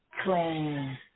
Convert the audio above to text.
Clean